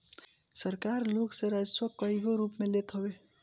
सरकार लोग से राजस्व कईगो रूप में लेत हवे